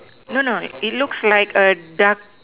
no no it looks like a dark